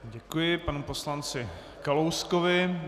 Děkuji panu poslanci Kalouskovi.